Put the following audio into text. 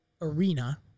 arena